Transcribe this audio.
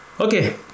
Okay